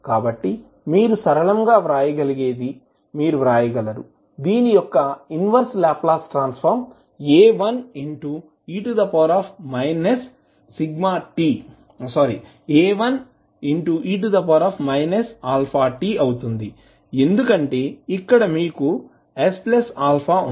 కాబట్టి మీరు సరళంగా వ్రాయగలిగేది మీరు వ్రాయగలరు దీని యొక్క inverse Laplace transform A1e αt అవుతుంది ఎందుకంటే ఇక్కడ మీకు sα ఉంది